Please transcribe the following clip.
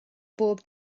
bob